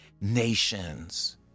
Nations